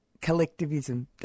collectivism